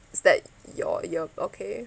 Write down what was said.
is that your your okay